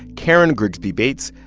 karen grigsby bates,